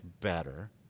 better